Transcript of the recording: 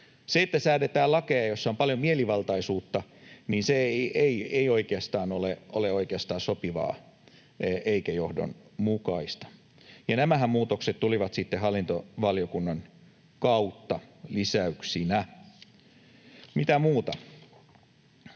Se, että säädetään lakeja, joissa on paljon mielivaltaisuutta, ei oikeastaan ole sopivaa eikä johdonmukaista. Nämä muutoksethan tulivat sitten hallintovaliokunnan kautta lisäyksinä. Mitä muuta?